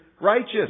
righteous